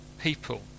people